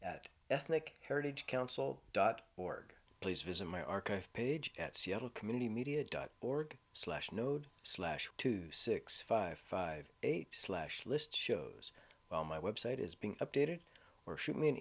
pm at ethnic heritage council dot org please visit my archive page at seattle community media dot org slash node slash two six five five eight slash list shows well my website is being updated or shoot me an